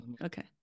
Okay